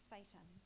Satan